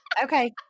okay